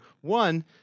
One